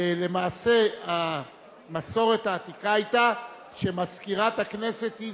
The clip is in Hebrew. למעשה המסורת העתיקה היתה שמזכירת הכנסת היא